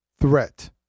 threat